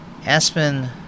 Aspen